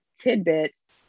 tidbits